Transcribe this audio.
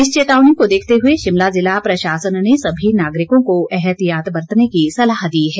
इस चेतावनी को देखते हुए शिमला ज़िला प्रशासन ने सभी नागरिकों को एहतियात बरतने की सलाह दी है